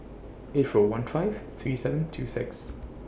eight four one five three seven two six